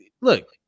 look